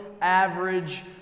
Average